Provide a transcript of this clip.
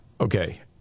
Okay